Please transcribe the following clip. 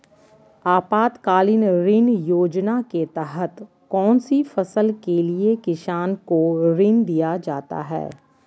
आपातकालीन ऋण योजना के तहत कौन सी फसल के लिए किसान को ऋण दीया जाता है?